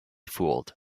fooled